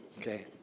Okay